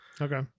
Okay